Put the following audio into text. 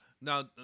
Now